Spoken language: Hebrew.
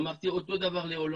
ואמרתי אותו להולנד,